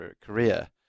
career